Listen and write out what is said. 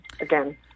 again